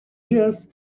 years